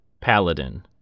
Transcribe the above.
Paladin